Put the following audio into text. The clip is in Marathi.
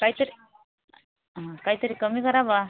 काहीतर हं काहीतरी कमी करा बुवा